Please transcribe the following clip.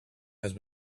had